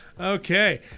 Okay